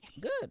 Good